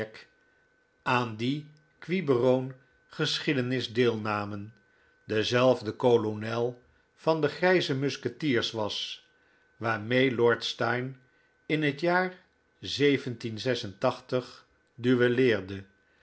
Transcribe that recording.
aan die quiberoon geschiedenis deelnamen dezelfde kolonel van de grijze musketiers was waarmee lord steyne in het jaar